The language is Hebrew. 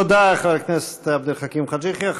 תודה, חבר הכנסת עבד אל חכים חאג' יחיא.